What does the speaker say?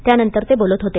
त्यानंतर ते बोलत होते